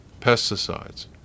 pesticides